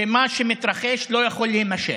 שמה שמתרחש לא יכול להימשך.